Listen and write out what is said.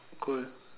cool